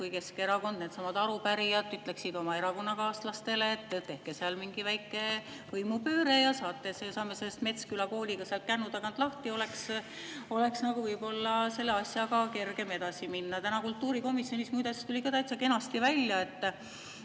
Kui Keskerakond, needsamad arupärijad, ütleksid oma erakonnakaaslastele, et tehke seal mingi väike võimupööre ja saame selle Metsküla kooli kännu tagant lahti, siis oleks võib-olla selle asjaga kergem edasi minna. Täna kultuurikomisjonis, muide, tuli ka täitsa kenasti välja,